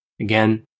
Again